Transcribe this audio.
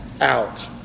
out